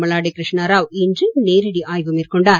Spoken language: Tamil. மல்லாடி கிருஷ்ணா ராவ் இன்று நேரடி ஆய்வு மேற்கொண்டார்